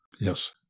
Yes